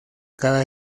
cada